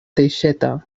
teixeta